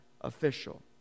official